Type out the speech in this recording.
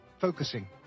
focusing